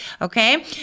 okay